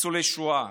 ניצולי שואה,